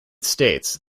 states